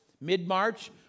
mid-March